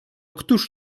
któż